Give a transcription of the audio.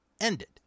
ended